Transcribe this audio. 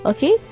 Okay